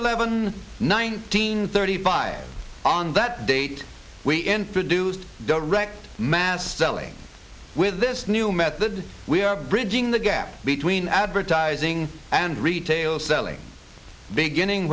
eleven nineteen thirty five on that date we introduced direct mass selling with this new method we are bridging the gap between advertising and retail selling beginning